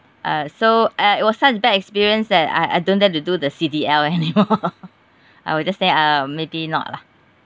uh so uh it was such a bad experience that I I don't dare to do the C_D_L anymore I will just say uh maybe not lah